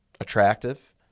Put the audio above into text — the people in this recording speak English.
attractive